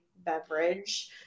beverage